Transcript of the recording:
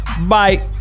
Bye